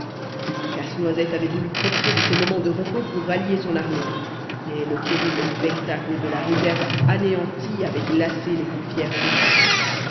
casse-noisette avait voulu profiter de ce moment de repos pour rallier son armée mais le terrible spectacle de la réserve anéantie avait glacé les plus fiers courages